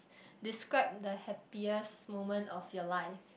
describe the happiest moment of your life